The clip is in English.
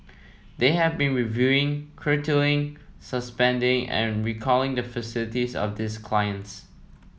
they have been reviewing curtailing suspending and recalling the facilities of these clients